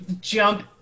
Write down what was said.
jump